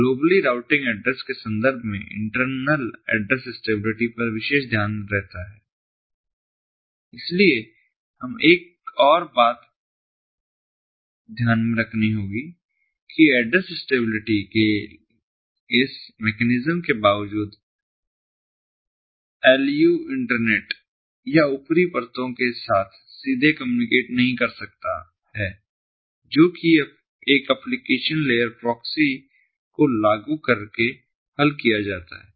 globally routable addresses के संदर्भ में इंटरनल एड्रेस स्टेबिलिटी पर विशेष ध्यान रहता है इसलिए हमें एक और बात ध्यान में रखनी होगी कि एड्रेस स्टेबिलिटी के इस मेकैनिज्म के बावजूद LU इंटरनेट या ऊपरी परतों के साथ सीधे कम्युनिकेट नहीं कर सकता है जो कि एक एप्लीकेशन लेयर प्रॉक्सी को लागू करके हल किया जाता है